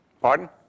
Pardon